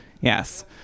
Yes